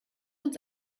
uns